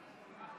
תודה רבה,